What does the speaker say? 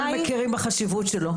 קודם כול מכירים בחשיבות שלו.